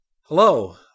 Hello